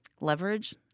leverage